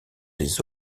des